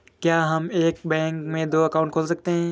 क्या हम एक बैंक में दो अकाउंट खोल सकते हैं?